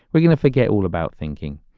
we're going to forget all about thinking.